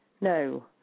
No